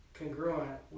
congruent